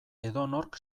edonork